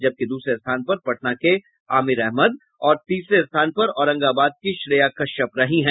जबकि द्रसरे स्थान पर पटना के अमीर अहमद और तीसरे स्थान पर औरंगाबाद की श्रेया कश्यप रही हैं